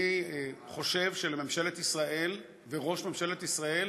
אני חושב שלממשלת ישראל וראש ממשלת ישראל